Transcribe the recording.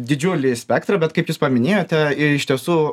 didžiulį spektrą bet kaip jūs paminėjote ir iš tiesų